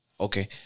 Okay